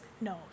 knows